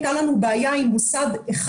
הייתה לנו בעיה עם מוסד אחד.